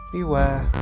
Beware